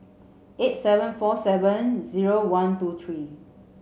eight seven four seven zero one two three